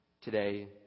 Today